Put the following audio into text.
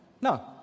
No